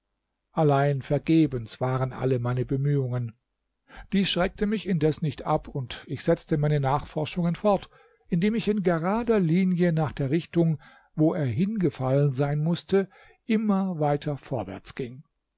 allein vergebens waren alle meine bemühungen dies schreckte mich indes nicht ab und ich setzte meine nachforschungen fort indem ich in gerader linie nach der richtung wo er hingefallen sein mußte immer weiter vorwärts ging